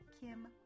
Kim